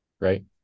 right